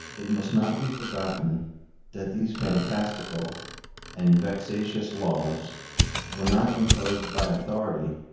it must not be forgotten that these fantastical and vexatious laws were not imposed by authority,